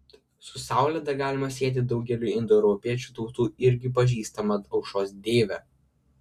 su saule dar galima sieti daugeliui indoeuropiečių tautų irgi pažįstamą aušros deivę